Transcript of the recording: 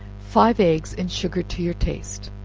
five eggs, and sugar to your taste,